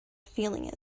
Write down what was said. feeling